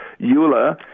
EULA